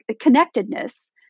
connectedness